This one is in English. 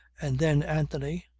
and then anthony,